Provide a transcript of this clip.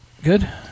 Good